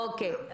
אוקיי.